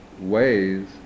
ways